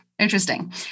Interesting